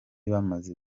bamaze